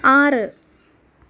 ആറ്